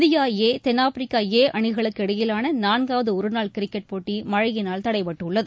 India A தென்னாப்பிரிக்கா A அணிகளுக்கு இடையிலான நான்னவது ஒருநாள் கிரிக்கெட் போட்டி மழையினால் தடை பட்டுள்ளது